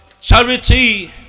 charity